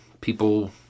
people